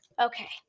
Okay